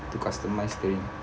to customise the ring